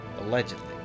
Allegedly